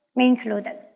me included.